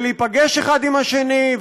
ולהיפגש אחד עם השני,